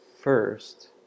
first